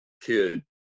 kid